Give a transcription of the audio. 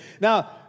Now